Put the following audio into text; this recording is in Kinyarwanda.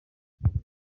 ubwoba